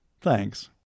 Thanks